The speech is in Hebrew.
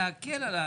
להקל על האנשים,